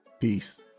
Peace